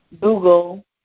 Google